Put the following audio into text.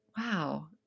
Wow